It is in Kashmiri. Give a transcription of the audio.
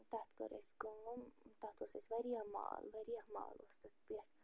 تتھ کٔر اَسہِ کٲم تتھ اوس اَسہِ وارِیاہ مال وارِیاہ مال اوس تتھ پٮ۪تھ